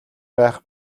байх